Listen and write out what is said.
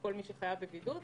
כל מי שחייב בבידוד,